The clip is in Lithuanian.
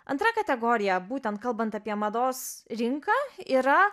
antra kategorija būtent kalbant apie mados rinką yra